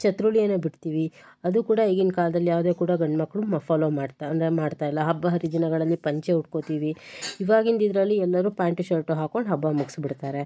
ಚತ್ರುಲೇನ ಬಿಡ್ತಿವಿ ಅದು ಕೂಡ ಈಗಿನ ಕಾಲದಲ್ಲಿ ಯಾವುದೇ ಕೂಡ ಗಂಡ್ಮಕ್ಕಳು ಮ ಫಾಲೋ ಮಾಡ್ತ ಅಂದರೆ ಮಾಡ್ತಾ ಇಲ್ಲ ಹಬ್ಬ ಹರಿದಿನಗಳಲ್ಲಿ ಪಂಚೆ ಉಟ್ಕೊತೀವಿ ಇವಾಗಿನ ಇದರಲ್ಲಿ ಎಲ್ಲರೂ ಪ್ಯಾಂಟು ಶರ್ಟು ಹಾಕೊಂಡು ಹಬ್ಬವನ್ನು ಮುಗ್ಸಿ ಬಿಡ್ತಾರೆ